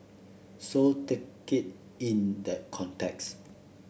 so take it in that context